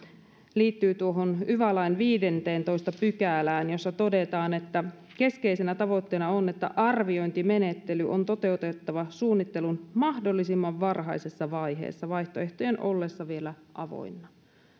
liittyy tuohon yva lain viidenteentoista pykälään jossa todetaan että keskeisenä tavoitteena on että arviointimenettely on toteutettava suunnittelun mahdollisimman varhaisessa vaiheessa vaihtoehtojen ollessa vielä avoinna